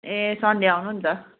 ए Sunday आउनु नि त